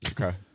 Okay